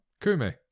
Kumi